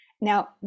now